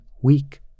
weak